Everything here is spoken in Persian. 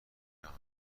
جهانی